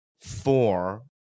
four